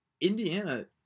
indiana